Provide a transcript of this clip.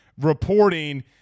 reporting